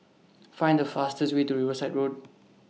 Find The fastest Way to Riverside Road